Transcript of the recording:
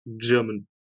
german